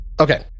Okay